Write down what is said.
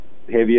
heavier